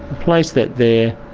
place that there,